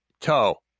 toe